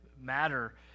matter